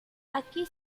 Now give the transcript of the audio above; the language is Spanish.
aquí